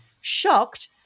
Shocked